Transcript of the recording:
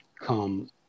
come